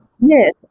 Yes